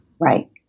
Right